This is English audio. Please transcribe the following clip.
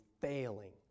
failing